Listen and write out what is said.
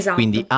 quindi